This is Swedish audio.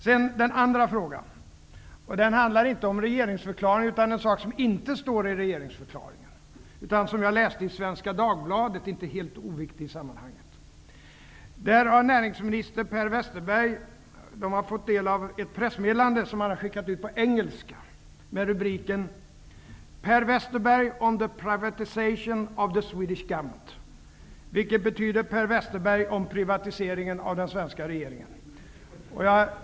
Min andra fråga handlar inte om regeringsförklaringen utan om en sak som inte finns med i regeringsförklaringen men som jag läste om i Svenska Dagbladet -- inte helt oviktig i sammanhanget. Där citeras näringsminister Per Westerberg. Det gäller ett pressmeddelande -- han har skickat ut det på engelska -- med rubriken ''Per Government''. Det betyder: Per Westerberg om privatiseringen av den svenska regeringen.